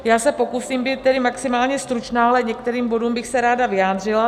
Já se pokusím být tedy maximálně stručná, ale k některým bodům bych se ráda vyjádřila.